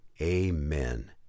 Amen